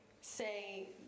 say